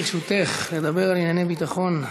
לרשותך לדבר על ענייני ביטחון.